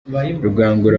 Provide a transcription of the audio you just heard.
rugangura